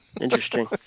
Interesting